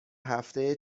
هفته